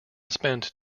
spent